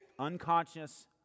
unconscious